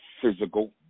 physical